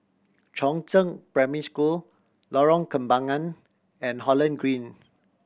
Chongzheng Primary School Lorong Kembagan and Holland Green